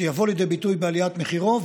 שיבוא לידי ביטוי בעליית מחירו.